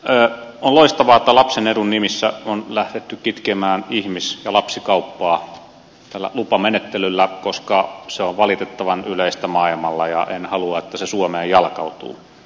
on loistavaa että lapsen edun nimissä on lähdetty kitkemään ihmis ja lapsikauppaa tällä lupamenettelyllä koska se on valitettavan yleistä maailmalla ja en halua että se suomeen jalkautuu